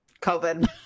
COVID